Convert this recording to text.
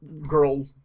girl